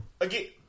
again